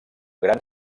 gran